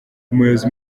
umuyobozi